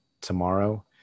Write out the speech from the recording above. tomorrow